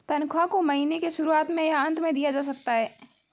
तन्ख्वाह को महीने के शुरुआत में या अन्त में दिया जा सकता है